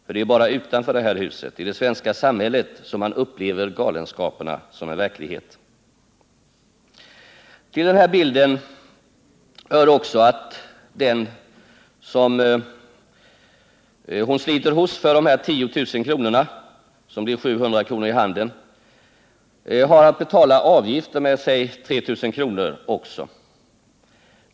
För det är ju bara utanför det här huset, i det svenska samhället, som man upplever galenskaperna som en verklighet. Till den här bilden hör också, att den som hon sliter hos för dessa 10 000 kr., som blir 700 kr. i handen, härutöver har att betala avgifter med 3 000 kr.